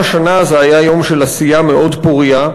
גם השנה זה היה יום של עשייה מאוד פורייה.